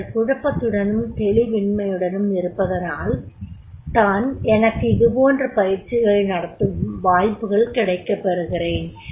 அவர்கள் குழப்பத்துடனும் தெளிவின்மையுடனும் இருப்பதால் தான் எனக்கு இது போன்ற பயிற்சிகளை நடத்தும் வாய்ப்புகள் கிடைக்கப் பெறுகிறேன்